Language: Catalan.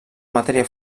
matèria